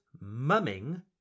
mumming